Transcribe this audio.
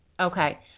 Okay